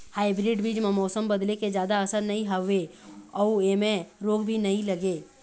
hybrid बीज म मौसम बदले के जादा असर नई होवे अऊ ऐमें रोग भी नई लगे